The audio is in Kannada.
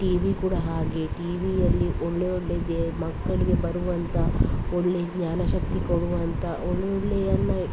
ಟಿವಿ ಕೂಡ ಹಾಗೆ ಟಿ ವಿಯಲ್ಲಿ ಒಳ್ಳೆ ಒಳ್ಳೆದೇ ಮಕ್ಕಳಿಗೆ ಬರುವಂಥ ಒಳ್ಳೆ ಜ್ಞಾನ ಶಕ್ತಿ ಕೊಡುವಂಥ ಒಳ್ಳೊಳ್ಳೆಯನ್ನು